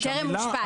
בטרם אושפז.